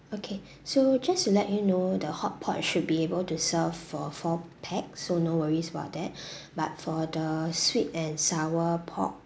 okay so just to let you know the hotpot should be able to serve for four pax so no worries about that but for the sweet and sour pork